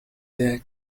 their